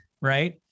right